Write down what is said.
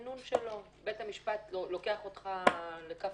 בית המשפט לוקח אותך לכף